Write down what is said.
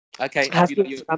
okay